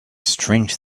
strange